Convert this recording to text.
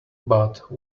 but